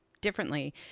differently